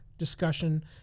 Discussion